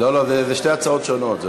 לא, לא, זה שתי הצעות שונות.